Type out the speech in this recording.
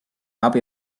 abi